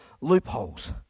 loopholes